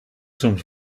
soms